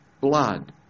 blood